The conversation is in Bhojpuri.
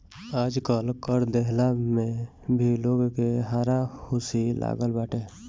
आजकल कर देहला में भी लोग के हारा हुसी लागल बाटे